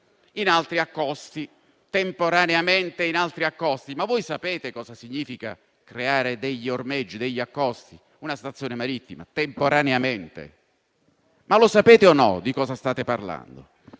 andranno temporaneamente in altri accosti. Sapete cosa significa creare ormeggi, accosti o una stazione marittima temporaneamente? Lo sapete o no di cosa state parlando?